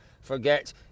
forget